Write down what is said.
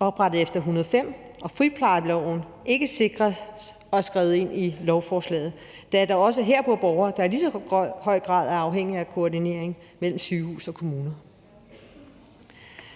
oprettet efter almenboliglovens § 105 og friplejeloven ikke sikres og er skrevet ind i lovforslaget, da det også vedrører borgere, der i lige så høj grad er afhængige af koordineringen mellem kommune